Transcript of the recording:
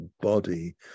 body